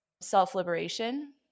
self-liberation